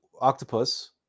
octopus